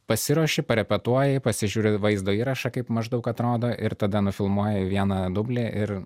pasiruoši parepetuoji pasižiūri vaizdo įrašą kaip maždaug atrodo ir tada nufilmuoji vieną dublį ir